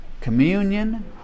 communion